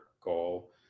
goal